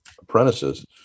apprentices